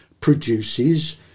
produces